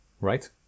right